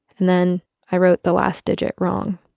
and then i wrote the last digit wrong.